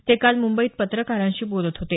ते काल मंबईत पत्रकारांशी बोलत होते